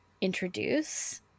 introduce